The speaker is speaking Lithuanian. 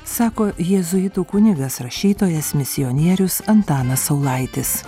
sako jėzuitų kunigas rašytojas misionierius antanas saulaitis